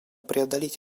преодолеть